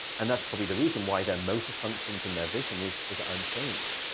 and that's probably the reason why their motor functions and their vision is is unchanged.